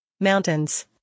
mountains